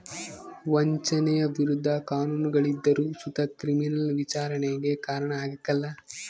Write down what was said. ವಂಚನೆಯ ವಿರುದ್ಧ ಕಾನೂನುಗಳಿದ್ದರು ಸುತ ಕ್ರಿಮಿನಲ್ ವಿಚಾರಣೆಗೆ ಕಾರಣ ಆಗ್ಕಲ